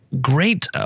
Great